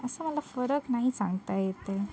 असा मला फरक नाही सांगता येत आहे